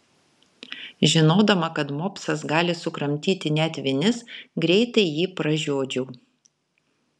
žinodama kad mopsas gali sukramtyti net vinis greitai jį pražiodžiau